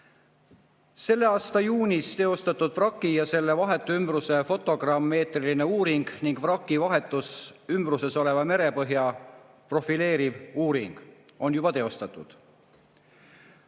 Selle aasta juunis teostatud vraki ja selle vahetu ümbruse fotogrammeetriline uuring ning vraki vahetus ümbruses oleva merepõhja profileeriv uuring on juba teostatud.